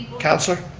councilor?